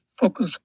focus